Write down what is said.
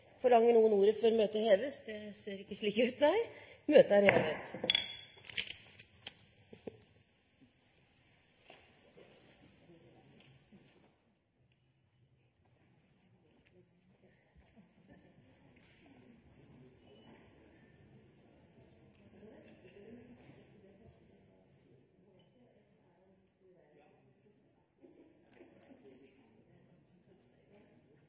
Forlanger noen ordet før møtet heves? – Møtet er hevet.